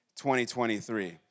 2023